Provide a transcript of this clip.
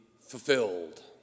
fulfilled